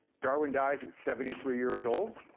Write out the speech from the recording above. darwin dies at seventy three years old,